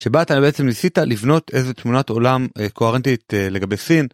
שבה אתה בעצם ניסית לבנות איזה תמונת עולם קוהרנטית לגבי סין.